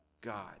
God